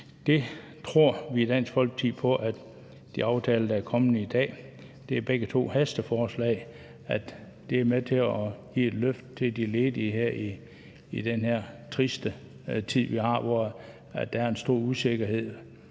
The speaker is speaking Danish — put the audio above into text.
Der tror vi i Dansk Folkeparti på, at de aftaler, der er kommet i dag – det er begge to hasteforslag – er med til at give et løft til de ledige i den her triste tid, vi har, hvor der er en stor usikkerhed